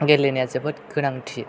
गेलेनाया जोबोद गोनांथि